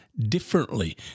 differently